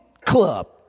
club